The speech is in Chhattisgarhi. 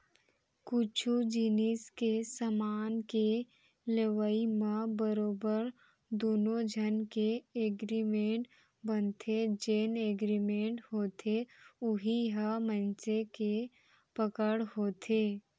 कुछु जिनिस के समान के लेवई म बरोबर दुनो झन के एगरिमेंट बनथे जेन एगरिमेंट होथे उही ह मनसे के पकड़ होथे